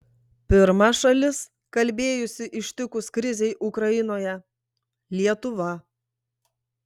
pirma šalis kalbėjusi ištikus krizei ukrainoje lietuva